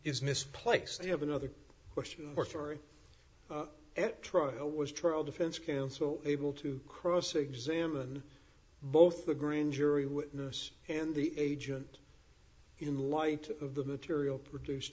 is misplaced you have another question or story at trial was trial defense counsel able to cross examine both the green jury witness and the agent in light of the material produce